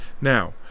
Now